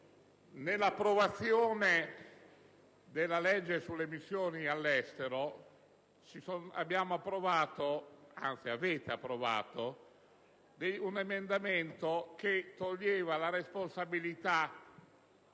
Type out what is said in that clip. l'approvazione della legge sulle missioni all'estero abbiamo approvato - anzi, avete approvato - un emendamento che sottraeva i militari